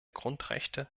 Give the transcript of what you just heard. grundrechte